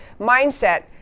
mindset